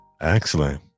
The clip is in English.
Excellent